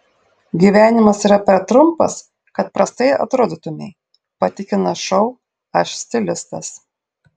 gyvenimas yra per trumpas kad prastai atrodytumei patikina šou aš stilistas